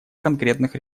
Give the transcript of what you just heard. конкретных